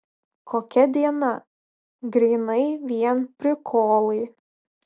kokia diena grynai vien prikolai